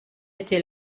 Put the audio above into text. été